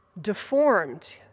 deformed